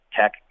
Tech